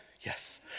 Yes